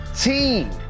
team